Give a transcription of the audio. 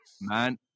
Man